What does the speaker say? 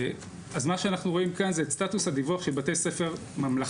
אז מה שאנחנו רואים כאן זה את סטטוס הדיווח של בתי ספר ממלכתיים.